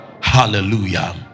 Hallelujah